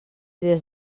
des